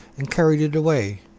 and carried it away.